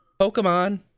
Pokemon